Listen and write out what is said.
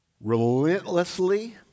relentlessly